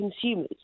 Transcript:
consumers